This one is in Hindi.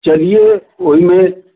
चलिए वही में